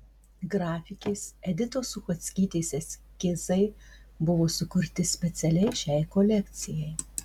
grafikės editos suchockytės eskizai buvo sukurti specialiai šiai kolekcijai